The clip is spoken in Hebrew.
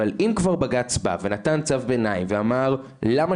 אבל אם כבר בג"צ בא ונתן צו ביניים ואמר למה